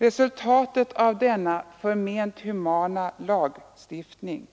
Resultatet av denna förment humana lagstiftning